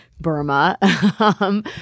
Burma